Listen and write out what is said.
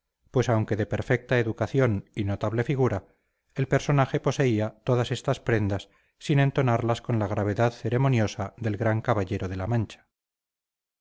pues aunque de perfecta educación y notable finura el personaje poseía todas estas prendas sin entonarlas con la gravedad ceremoniosa del gran caballero de la mancha